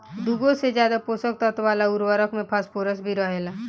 दुगो से ज्यादा पोषक तत्व वाला उर्वरक में फॉस्फोरस भी रहेला